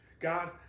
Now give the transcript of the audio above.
God